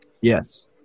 Yes